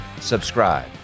subscribe